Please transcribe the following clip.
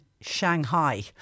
Shanghai